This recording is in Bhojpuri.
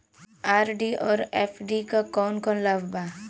आर.डी और एफ.डी क कौन कौन लाभ बा?